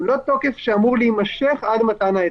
הוא לא תוקף שאמור להימשך עד מתן ההיתר.